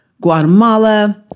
Guatemala